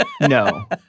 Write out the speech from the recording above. No